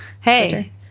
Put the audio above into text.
Hey